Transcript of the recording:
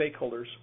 stakeholders